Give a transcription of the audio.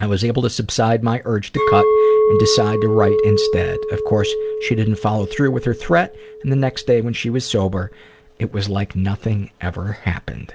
i was able to subside my urge to cut and decided to write instead. of course she didn't follow through with her threat and the next day when she was sober and it was like nothing ever happened.